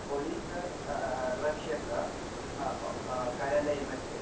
police रक्षकः कार्यालयस्य मध्ये